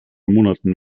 monaten